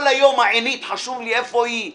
כל היום העינית חשוב לי איפה היא עומדת